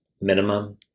minimum